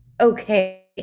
okay